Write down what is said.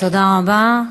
תודה רבה.